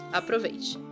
aproveite